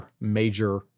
major